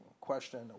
question